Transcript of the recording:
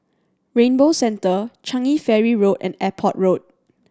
Rainbow Centre Changi Ferry Road and Airport Road